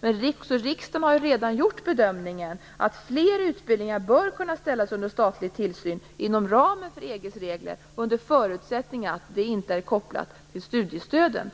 Riksdagen har redan gjort bedömningen att fler utbildningar bör kunna ställas under statlig tillsyn inom ramen för EG:s regler, under förutsättning att det inte är kopplat till studiestöden.